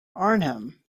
arnhem